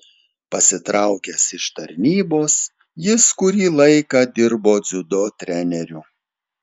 pasitraukęs iš tarnybos jis kurį laiką dirbo dziudo treneriu